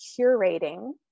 curating